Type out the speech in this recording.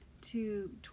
two